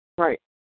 Right